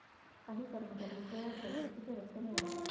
काही कर्मचारी श्रेय घेउक चुकिचे रस्ते निवडतत